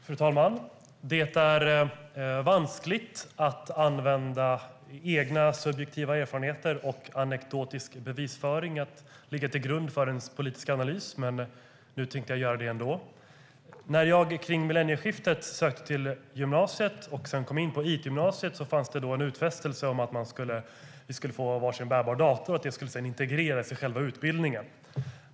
Fru talman! Det är vanskligt att använda egna subjektiva erfarenheter och anekdotisk bevisföring som grund för sin politiska analys, men nu tänkte jag göra det ändå. När jag kring millennieskiftet sökte till gymnasiet och kom in på ett itgymnasium fanns det en utfästelse om att vi skulle få varsin bärbar dator och att datorerna skulle integreras i själva utbildningen.